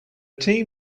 team